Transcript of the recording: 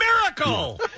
miracle